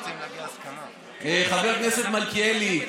חבר הכנסת מלכיאלי,